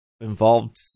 involved